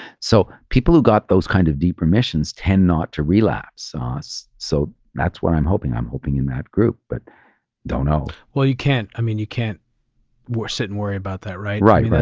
so people who got those kinds of deep permissions tend not to relapse. ah so so that's what i'm hoping, i'm hoping in that group. but don't know. well, you can't. i mean, you can't sit and worry about that. right? right. i